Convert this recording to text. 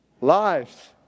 lives